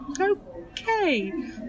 Okay